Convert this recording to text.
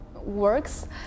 Works